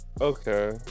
Okay